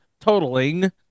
totaling